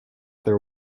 there